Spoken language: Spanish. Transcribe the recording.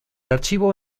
archivo